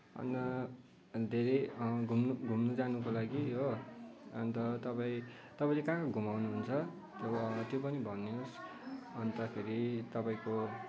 अन्त धेरै घुम्न घुम्न जानको लागि हो अन्त तपाईँ तपाईँले कहाँ कहाँ घुमाउनुहुन्छ अब त्यो पनि भन्नुहोस् अन्तखेरि तपाईँको